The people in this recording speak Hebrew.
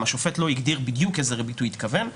השופט לא הגדיר בדיוק לאיזו ריבית הוא התכוון,